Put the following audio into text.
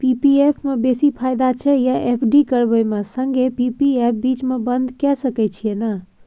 P P F म बेसी फायदा छै या एफ.डी करबै म संगे पी.पी एफ बीच म बन्द के सके छियै न?